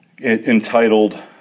entitled